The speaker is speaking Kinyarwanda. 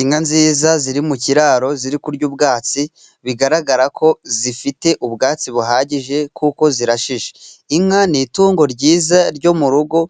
Inka nziza, ziri mu kiraro, ziri kurya ubwatsi, bigaragara ko zifite ubwatsi buhagije, Kuko zirashishe. Inka ni itungo ryiza ryo mu rugo